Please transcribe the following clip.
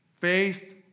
Faith